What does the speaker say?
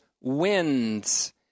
winds